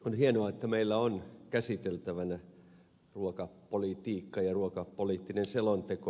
on hienoa että meillä on käsiteltävänä ruokapolitiikka ja ruokapoliittinen selonteko